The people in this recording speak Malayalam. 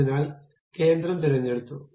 അതിനാൽ കേന്ദ്രം തിരഞ്ഞെടുത്തു